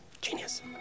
Genius